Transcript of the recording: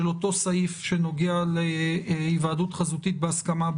אותו סעיף שנוגע להיוועדות חזותית בהסכמה,